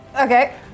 Okay